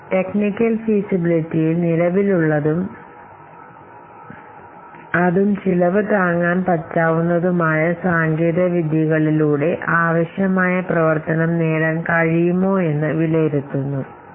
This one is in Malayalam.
അതിനാൽ നിലവിലെ താങ്ങാനാവുന്ന സാങ്കേതികവിദ്യകളിലൂടെ ആവശ്യമായ പ്രവർത്തനം നേടാൻ കഴിയുമോ എന്ന് വിലയിരുത്തുന്നതാണ് സാങ്കേതിക വിലയിരുത്തലിൽ